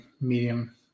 medium